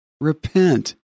Repent